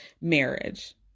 marriage